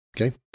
Okay